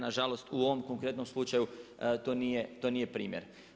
Nažalost, u ovom konkretnom slučaju to nije primjer.